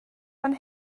fan